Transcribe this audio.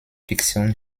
fiction